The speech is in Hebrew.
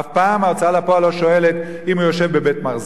אף פעם ההוצאה לפועל לא שואלת אם הוא יושב בבית-מרזח,